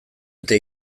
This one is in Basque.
eta